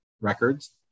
records